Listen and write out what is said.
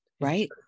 right